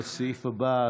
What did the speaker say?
לסעיף הבא,